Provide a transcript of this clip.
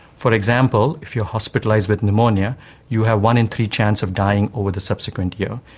for example, if you are hospitalised with pneumonia you have one in three chance of dying over the subsequent year,